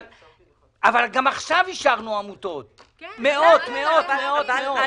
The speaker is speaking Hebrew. אבל גם עכשיו אישרנו מאות מאות עמותות.